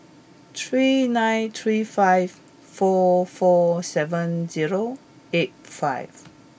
three nine three five four four seven zero eight five